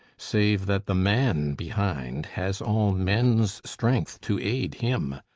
save that the man behind has all men's strength to aid him.